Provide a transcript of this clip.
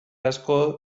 asko